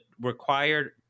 required